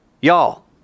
Y'all